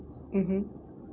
mmhmm